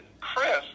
chris